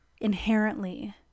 inherently